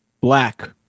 black